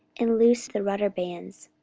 and loosed the rudder bands,